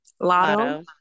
Lotto